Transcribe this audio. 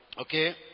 Okay